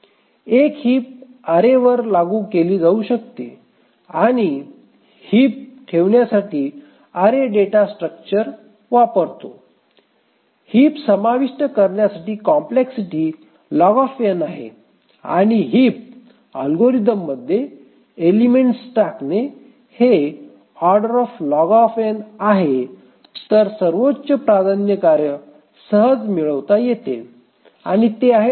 एक हिप अरेवर लागू केली जाऊ शकते आणि हिप ठेवण्यासाठी अरे डेटा स्ट्रक्चर वापरतो हिप समाविष्ट करण्यासाठी कॉम्प्लेक्सिटी log n आहे आणि हिप अल्गोरिदममध्ये एलिमेंट्सस टाकणे हे Oआहे तर सर्वोच्च प्राधान्य कार्य सहज मिळवता येते आणि ते आहे O